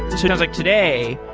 sounds like today,